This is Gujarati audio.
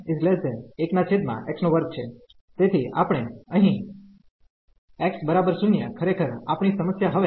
તેથી આપણે અહિં x0 ખરેખર આપણી સમસ્યા હવે x1